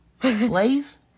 Blaze